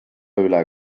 üle